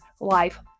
life